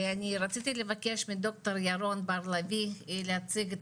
ואני רציתי לבקש מדוקטור ירון בר לביא להציג את